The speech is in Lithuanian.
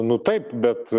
nu taip bet